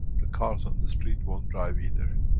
the cars on the street won't drive either.